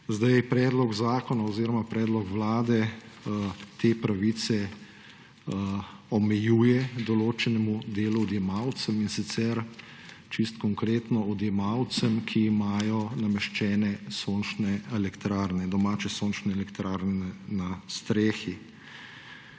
Predlog zakona oziroma predlog Vlade te pravice omejuje določenemu delu odjemalcem, in sicer čisto konkretno odjemalcem, ki imajo nameščene sončne elektrarne, domače